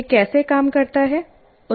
यह कैसे काम करता है